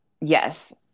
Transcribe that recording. Yes